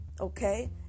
okay